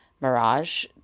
mirage